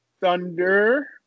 Thunder